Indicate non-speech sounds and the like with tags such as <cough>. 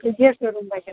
<unintelligible>